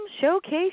showcase